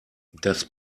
das